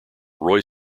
roy